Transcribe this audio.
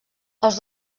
els